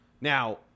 Now